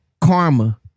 karma